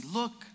look